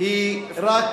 היא רק